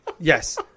Yes